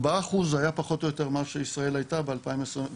4% היה פחות או יותר מה שישראל הייתה ב-2019,